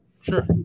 Sure